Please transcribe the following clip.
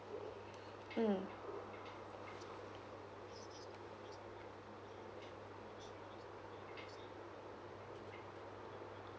mm